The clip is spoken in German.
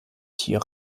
tier